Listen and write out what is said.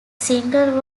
single